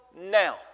now